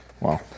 wow